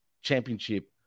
championship